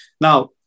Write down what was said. Now